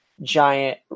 giant